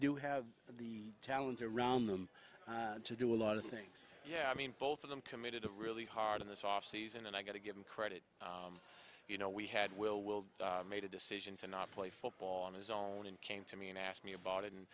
do have the talent around them to do a lot of things yeah i mean both of them committed really hard in this offseason and i got to give him credit you know we had will will made a decision to not play football on his own and came to me and asked me about it and